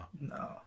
no